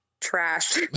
trash